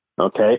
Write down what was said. okay